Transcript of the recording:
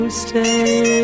stay